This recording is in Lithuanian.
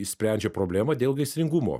išsprendžia problemą dėl gaisringumo